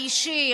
האישי,